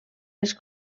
les